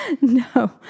No